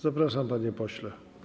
Zapraszam, panie pośle.